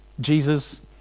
Jesus